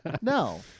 No